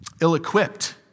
ill-equipped